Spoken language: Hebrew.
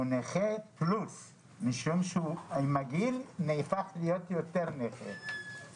הוא נכה פלוס משום שהוא עם הגיל נהפך להיות יותר נכה.